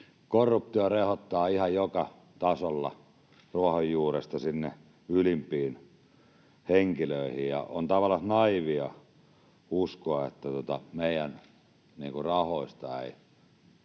Korruptio rehottaa ihan joka tasolla ruohonjuuresta sinne ylimpiin henkilöihin, ja on tavallaan naiivia uskoa, että meidän rahoista ei